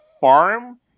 farm